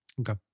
Okay